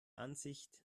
ansicht